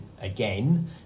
again